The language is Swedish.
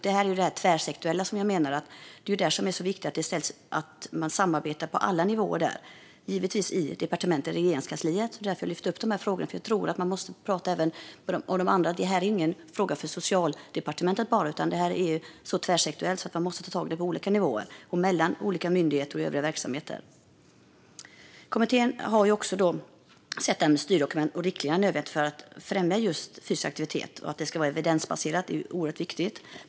Det handlar om det tvärsektoriella, och jag menar att det är viktigt att man samarbetar på alla nivåer och givetvis mellan departementen i Regeringskansliet. Det var därför jag lyfte upp dessa frågor, för jag tror att man måste prata även med de andra. Detta är inte en fråga bara för Socialdepartementet, utan det är tvärsektoriellt. Man måste ta tag i det på olika nivåer och mellan olika myndigheter och övriga verksamheter. Kommittén har sett att styrdokument och riktlinjer är nödvändiga för att främja fysisk aktivitet. Det är oerhört viktigt att det är evidensbaserat.